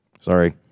Sorry